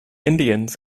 indians